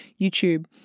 YouTube